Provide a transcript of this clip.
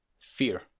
Fear